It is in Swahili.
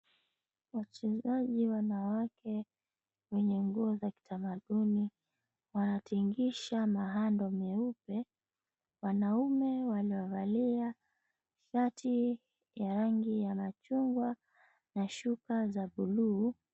Wachezaji wanawake wenye nguo za kitamaduni wanatingisha mahando meupe. Wanaume wanavalia shati ya rangi ya rangi ya machungwa na shuka za buluu.